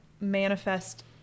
manifest